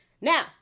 now